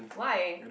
why